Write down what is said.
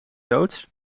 loods